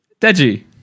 Deji